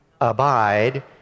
abide